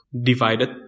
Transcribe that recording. divided